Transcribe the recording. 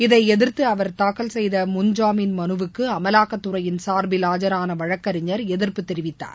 இதை எதிர்த்து அவர் தாக்கல் செய்த முன்ஜாமீன் மனுவுக்கு அமலாக்கத்துறையின் சார்பில் ஆஜரான வழக்கறிஞர் எதிர்ப்பு தெரிவித்தார்